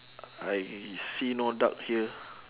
I see no duck here